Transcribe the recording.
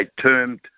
termed